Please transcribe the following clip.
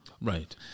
Right